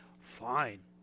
fine